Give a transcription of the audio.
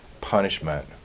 punishment